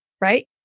right